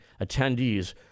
attendees